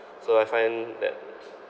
so I find that